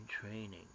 training